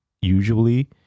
usually